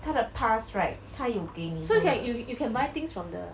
它的 pass right 它 you 给你的